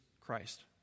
Christ